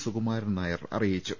സുകുമാരൻ നായർ അറിയിച്ചു